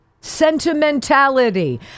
Sentimentality